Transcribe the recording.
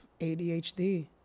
ADHD